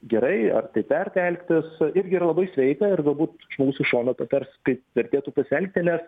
gerai ar taip verta elgtis irgi labai yra sveika ir galbūt žmogus iš šono patars kaip vertėtų pasielgti nes